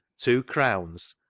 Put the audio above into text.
two crowns,